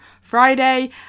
Friday